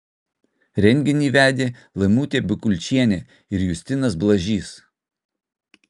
renginį vedė laimutė bikulčienė ir justinas blažys